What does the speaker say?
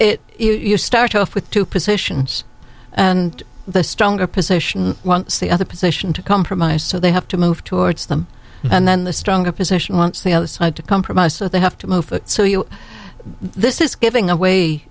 it you start off with two positions and the stronger position while the other position to compromise so they have to move towards them and then the strong opposition wants the outside to compromise so they have to move this is giving away